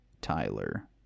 Tyler